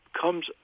comes